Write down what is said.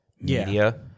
media